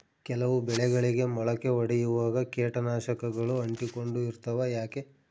ಕೆಲವು ಬೆಳೆಗಳಿಗೆ ಮೊಳಕೆ ಒಡಿಯುವಾಗ ಕೇಟನಾಶಕಗಳು ಅಂಟಿಕೊಂಡು ಇರ್ತವ ಯಾಕೆ?